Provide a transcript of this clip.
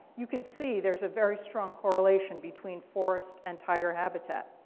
you can see there's a very strong correlation between forest and tiger habitat.